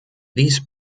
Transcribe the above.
these